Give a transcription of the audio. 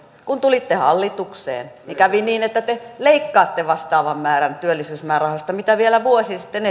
kun tulitte hallitukseen niin kävi niin että te leikkaatte vastaavan määrän työllisyysmäärärahoista kuin mitä vielä vuosi sitten